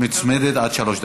מוצמדת, עד שלוש דקות.